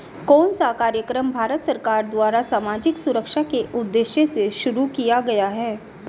कौन सा कार्यक्रम भारत सरकार द्वारा सामाजिक सुरक्षा के उद्देश्य से शुरू किया गया है?